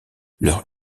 leur